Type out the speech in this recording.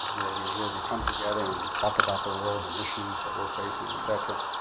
where we where we come together, and talk about the world, and issues that we're facing, et cetera.